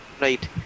Right